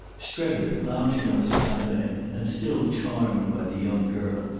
strether, lounging on his divan and still charmed by the young girl,